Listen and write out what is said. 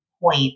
point